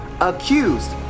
accused